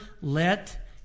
let